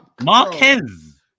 Marquez